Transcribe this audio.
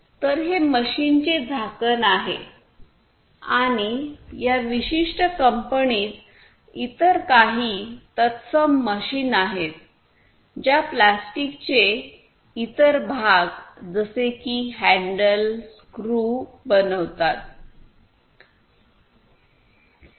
तर हे मशीनचे झाकण आहे आणि या विशिष्ट कंपनीत इतर काही तत्सम मशीन आहेत ज्या प्लास्टिकचे इतर भाग जसे की हँडल स्क्रू बनवतात